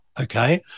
okay